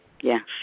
yes